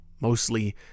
mostly